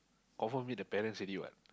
confirm meet the parents already what